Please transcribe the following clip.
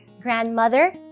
grandmother